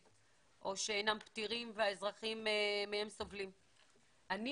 או שאינם פתירים והאזרחים סובלים מהם.